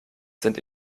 sind